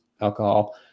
alcohol